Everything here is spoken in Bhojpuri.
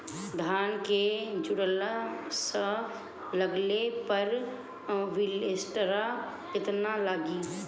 धान के झुलसा लगले पर विलेस्टरा कितना लागी?